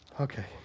Okay